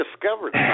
discovered